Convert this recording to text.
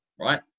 right